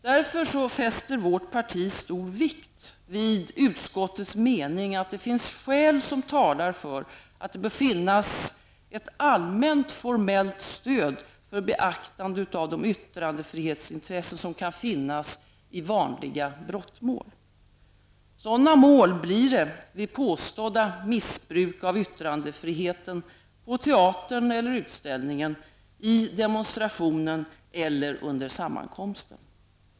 Därför fäster vårt parti stor vikt vid utskottets mening att det finns skäl som talar för att det bör finnas ett allmänt formellt stöd för beaktande av de yttrandefrihetsintressen som kan finnas i vanliga brottmål. Sådana mål blir det vid påstådda missbruk av yttrandefriheten på teatern eller utställningen, i demonstrationen eller under sammankomsten.